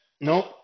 nope